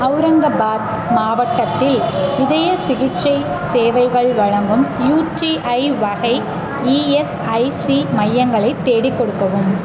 அவுரங்காபாத் மாவட்டத்தில் இதயச் சிகிச்சை சேவைகள் வழங்கும் யுடிஐ வகை இஎஸ்ஐசி மையங்களை தேடிக் கொடுக்கவும்